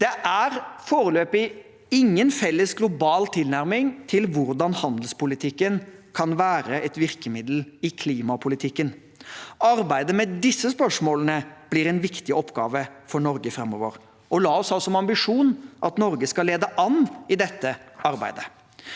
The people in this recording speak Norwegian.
Det er foreløpig ingen felles, global tilnærming til hvordan handelspolitikken skal være et virkemiddel i klimapolitikken. Arbeidet med disse spørsmålene blir en viktig oppgave for Norge framover, og la oss ha som ambisjon at Norge skal lede an i dette arbeidet.